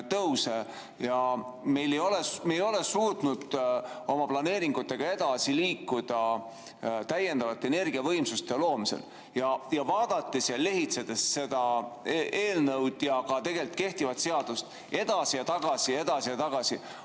me ei ole suutnud oma planeeringutega edasi liikuda täiendavate energiavõimsuste loomisel. Vaadates ja lehitsedes seda eelnõu ja tegelikult ka kehtivat seadust, edasi ja tagasi, edasi ja tagasi,